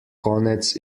konec